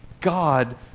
God